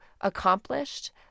accomplished